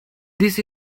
this